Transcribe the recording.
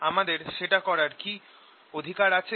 আমাদের সেটা করার কি অধিকার আছে